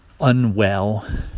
unwell